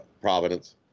Providence